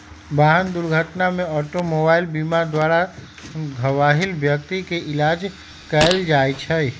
वाहन दुर्घटना में ऑटोमोबाइल बीमा द्वारा घबाहिल व्यक्ति के इलाज कएल जाइ छइ